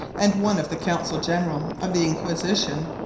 and one of the counsell generall of the inquisition,